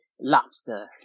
lobster